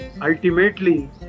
ultimately